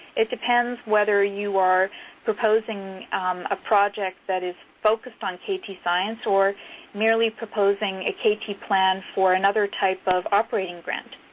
it depends whether you are proposing a project that is focused on kt science or merely proposing a kt plan for another type of operating grant.